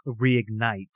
reignite